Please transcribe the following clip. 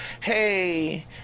Hey